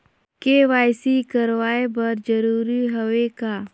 KYC कराय बर जरूरी हवे का?